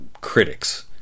critics